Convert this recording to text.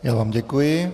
Já vám děkuji.